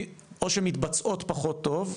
או שמתבצעות פחות טוב,